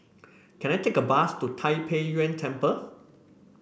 can I take a bus to Tai Pei Yuen Temple